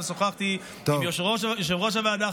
עכשיו שוחחתי עם יושב-ראש הוועדה,